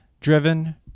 driven